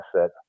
asset